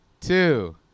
two